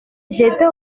j’étais